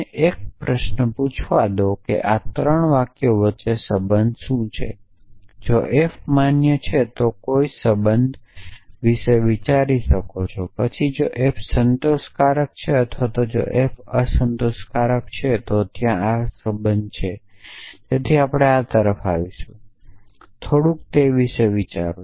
મને એક પ્રશ્ન પૂછવા દો કે આ ત્રણ વાક્યો વચ્ચેનો સંબંધ શું છે જો f માન્ય છે તો કોઈ સંબંધ વિશે વિચારી શકો છો પછી જો f સંતોષકારક છે અથવા જો એફ અસંતોષકારક છે તો ત્યાં આ સંબંધ છે તેથી આપણે આ તરફ આવીશું તેથી થોડુંક તે વિશે વિચારો